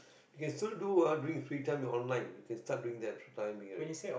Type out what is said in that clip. you can still do during your free time online you can start doing that for the time being